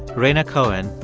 rhaina cohen,